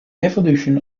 evolution